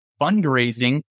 fundraising